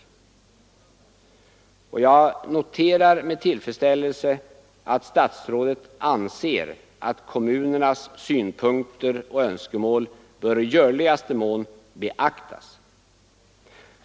Jag noterar med tillfredsställelse att statsrådet anser att kommunernas synpunkter och önskemål i görligaste mån bör beaktas.